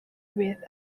with